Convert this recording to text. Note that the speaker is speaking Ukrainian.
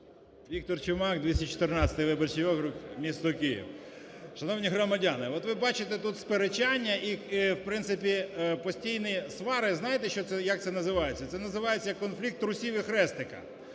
Віктор Чумак, 214-й виборчий округ, місто Київ. Шановні громадяни, от ви бачите, тут сперечання і в принципі постійні свари. Знаєте, що це, як це називається? Це називається "конфлікт трусів і хрестика".